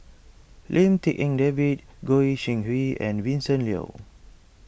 Lim Tik En David Goi Seng Hui and Vincent Leow